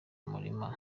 umurima